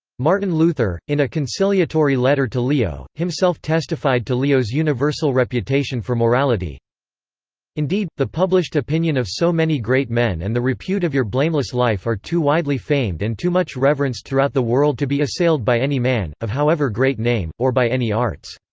martin luther, in a conciliatory letter to leo, himself testified to leo's universal reputation for morality indeed, the published opinion of so many great men and the repute of your blameless life are too widely famed and too much reverenced throughout the world to be assailed by any man, of however great name, or by any arts.